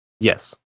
Yes